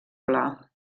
pla